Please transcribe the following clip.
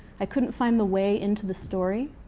i couldn't find the way into the story.